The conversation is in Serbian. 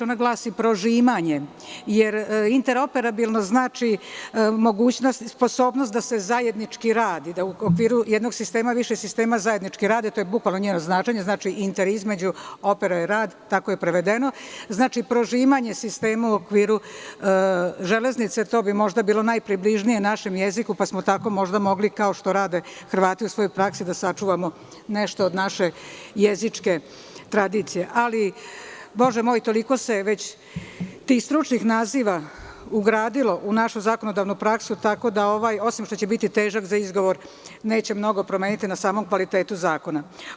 Ona glasi prožimanje, jer interoperabilno znači mogućnost, sposobnost da se zajednički radi, da u okviru jednog sistema, više sistema zajednički rade, to je bukvalno njeno značenje, znači inter između opera i rad, tako je prevedeno, znači prožimanje sistema u okviru železnice, to bi možda bilo najpribližnije našem jeziku pa smo tako možda mogli kao što rade Hrvati u svojoj praksi, da sačuvamo nešto od naše jezičke tradicije, ali, Bože moj, toliko se već tih stručnih naziva ugradilo u našu zakonodavnu praksu, tako da ovaj, osim što će biti težak za izgovor, neće mnogo promeniti na samom kvalitetu zakona.